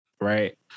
right